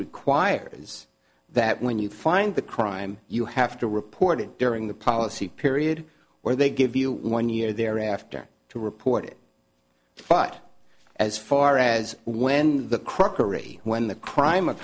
requires that when you find the crime you have to report it during the policy period or they give you one year thereafter to report it but as far as when the crockery when the crime o